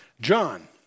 John